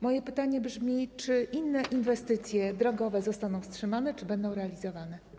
Moje pytanie brzmi: Czy inne inwestycje drogowe zostaną wstrzymane, czy będą realizowane?